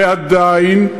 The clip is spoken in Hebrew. ועדיין,